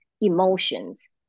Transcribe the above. emotions